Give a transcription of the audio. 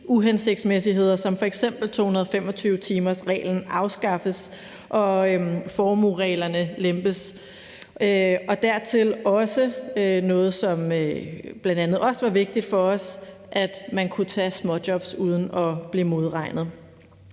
uhensigtsmæssigheder som f.eks. 225-timersreglen afskaffes og formuereglerne lempes. Dertil var der noget, som bl.a. også var vigtigt for os, nemlig at man kunne tage småjobs uden at blive modregnet.